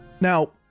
Now